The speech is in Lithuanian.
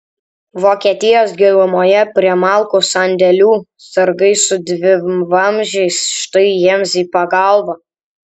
vokietijos gilumoje prie malkų sandėlių sargai su dvivamzdžiais štai jiems į pagalbą